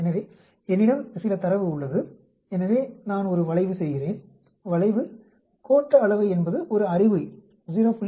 எனவே என்னிடம் சில தரவு உள்ளது எனவே நான் ஒரு வளைவு செய்கிறேன் வளைவு கோட்ட அளவை என்பது ஒரு அறிகுறி 0